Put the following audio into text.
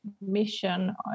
mission